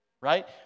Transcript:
Right